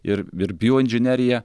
ir ir bioinžinerija